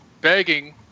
begging